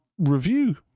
review